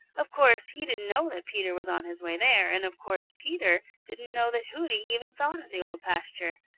of course he didn't know that peter was on his way there, and of course peter didn't know that hooty even thought of the old pasture.